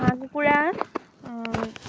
হাঁহ কুকুৰা